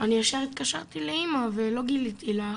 אני ישר התקשרתי לאמא ולא גיליתי לה,